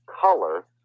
color